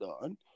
done